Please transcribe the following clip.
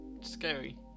scary